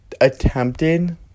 attempted